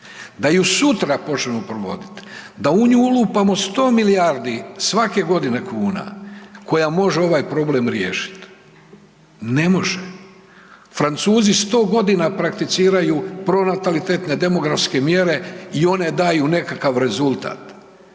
da ju sutra počnemo provoditi, da u nju ulupamo 100 milijardi svake godine kuna koja može ovaj problem riješiti, ne može. Francuzi 100 godina prakticiraju pronatalitetne demografske mjere i one daju nekakav rezultat,